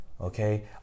Okay